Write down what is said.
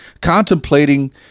contemplating